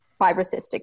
fibrocystic